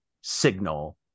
signal